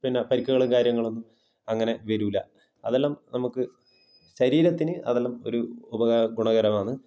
പിന്നെ പരിക്കുകളും കാര്യങ്ങളൊന്നും അങ്ങനെ വരില്ല അതെല്ലാം നമുക്ക് ശരീരത്തിന് അതെല്ലാം ഒരു ഉപകാരം ഗുണകരമാണ്